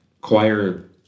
choir